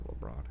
LeBron